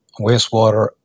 wastewater